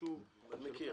אני מכיר.